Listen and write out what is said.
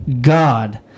God